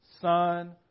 Son